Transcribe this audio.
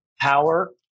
power